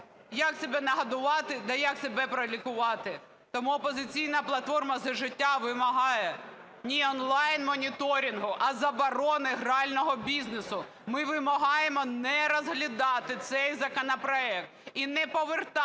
як себе нагодувати та як себе пролікувати. Тому "Опозиційна платформа - За життя" вимагає не онлайн-моніторингу, а заборони грального бізнесу. Ми вимагаємо не розглядати цей законопроект і не повертати